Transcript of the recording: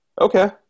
Okay